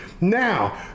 Now